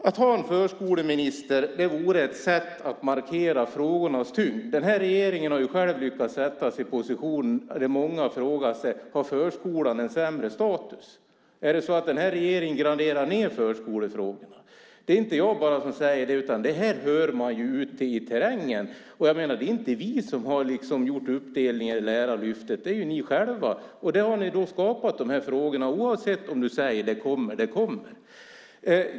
Att ha en förskoleminister vore ett sätt att markera frågornas tyngd. Den här regeringen har själv lyckats sätta sig i en position där många frågar sig om förskolan har sämre status. Är det så att den här regeringen graderar ned förskolefrågorna? Det är inte bara jag som säger det, utan det här hör man ute i terrängen. Jag menar att det inte är vi som har gjort uppdelningen i Lärarlyftet, det är ni själva som har gjort det. Då har ni skapat de här frågorna, oavsett om du säger att det kommer.